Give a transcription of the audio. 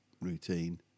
routine